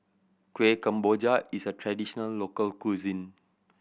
Kueh Kemboja is a traditional local cuisine